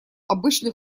обычный